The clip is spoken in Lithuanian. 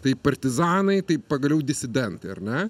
tai partizanai tai pagaliau disidentai ar ne